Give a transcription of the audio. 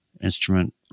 instrument